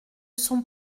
sont